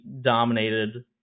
dominated